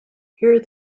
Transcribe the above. here